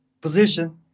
position